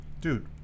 dude